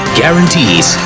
guarantees